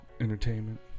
Entertainment